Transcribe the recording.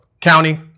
county